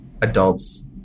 adults